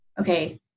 Okay